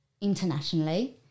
internationally